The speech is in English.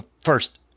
First